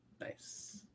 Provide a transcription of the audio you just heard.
Nice